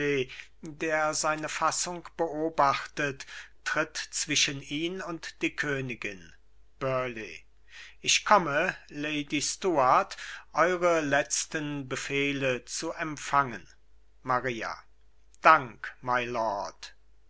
der seine fassung beobachtet tritt zwischen ihn und die königin burleigh ich komme lady stuart eure letzten befehle zu empfangen maria dank